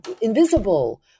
invisible